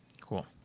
Cool